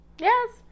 Yes